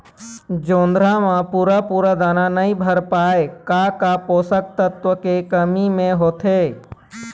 जोंधरा म पूरा पूरा दाना नई भर पाए का का पोषक तत्व के कमी मे होथे?